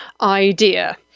idea